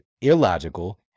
illogical